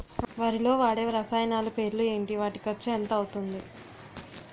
వరిలో వాడే రసాయనాలు పేర్లు ఏంటి? వాటి ఖర్చు ఎంత అవతుంది?